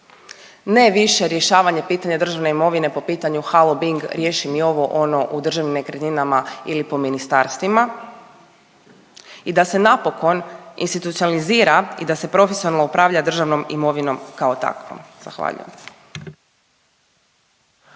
ne više rješavanje pitanja državne imovine po pitanju Halobing riješi mi ovo ono u državnim nekretninama ili po ministarstvima i da se napokon institucionalizira i da se profesionalno upravlja državnom imovinom kao takvom. Zahvaljujem.